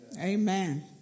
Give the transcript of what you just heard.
Amen